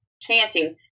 chanting